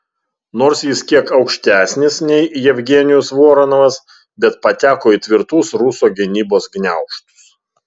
nors jis kiek aukštesnis nei jevgenijus voronovas bet pateko į tvirtus ruso gynybos gniaužtus